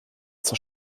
zur